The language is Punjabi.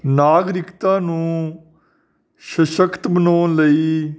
ਨਾਗਰਿਕਤਾ ਨੂੰ ਸ਼ਸ਼ਕਤ ਬਣਾਉਣ ਲਈ